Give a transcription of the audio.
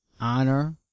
honor